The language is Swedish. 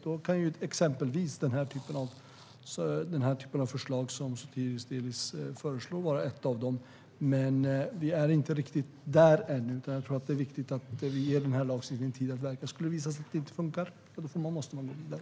Då kan exempelvis den typ av förslag som Sotiris Delis tar upp vara ett sådant verktyg. Men vi är inte riktigt där än. Jag tror att det är viktigt att man ger denna lagstiftning tid att verka. Om det skulle visa sig att den inte funkar måste man gå vidare.